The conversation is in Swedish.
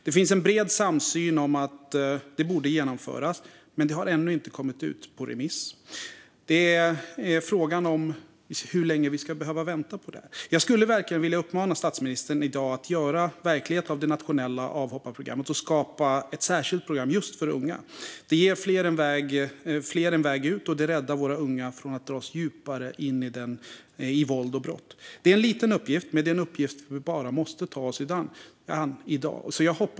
Det finns bred samsyn om att det borde genomföras, men det har ännu inte kommit ut på remiss. Frågan är hur länge vi ska behöva vänta på det. Jag skulle verkligen vilja uppmana statsministern i dag att göra verklighet av det nationella avhopparprogrammet och att skapa ett särskilt program just för unga. Det ger fler en väg ut, och det räddar våra unga från att dras djupare in i våld och brott. Det är en liten uppgift, men det är en uppgift som vi bara måste ta oss an i dag.